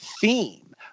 Theme